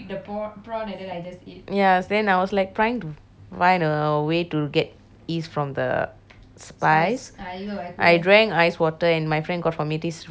ya then I was like trying to find a way to get ease from the spice I drank ice water and my friend got for me this raspberry ice cream